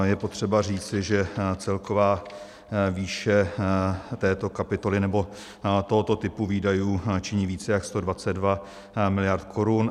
Je potřeba říci, že celková výše této kapitoly, nebo tohoto typu výdajů činí více jak 122 mld. korun.